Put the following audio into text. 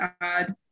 add